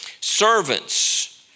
Servants